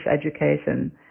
education